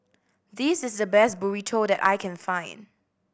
this is the best Burrito that I can find